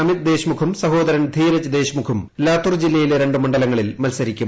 അമിത് ദേശ്മുഖും സഹോദരൻ ധീരജ് ദേശ്മുഖും ലാത്തൂർ ജില്ലയിലെ രണ്ട് മണ്ഡലങ്ങളിൽ മത്സരിക്കും